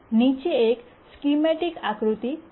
નીચે એક સ્કીમૈટિક આકૃતિ છે